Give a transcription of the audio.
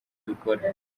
dukora